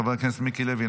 חבר הכנסת מיקי לוי,